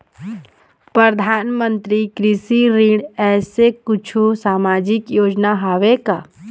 परधानमंतरी कृषि ऋण ऐसे कुछू सामाजिक योजना हावे का?